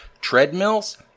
treadmills